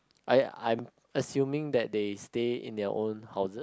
I I'm assuming that they stay in their own houses